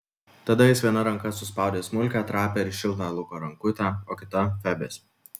tada jis viena ranka suspaudė smulkią trapią ir šiltą luko rankutę o kita febės